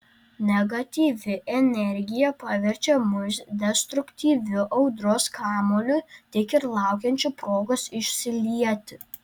negatyvi energija paverčia mus destruktyviu audros kamuoliu tik ir laukiančiu progos išsilieti